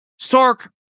Sark